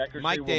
Mike